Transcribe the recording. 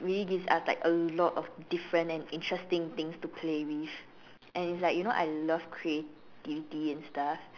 really gives us like a lot of different and interesting things to play with and it's like you know like I love creativity and stuff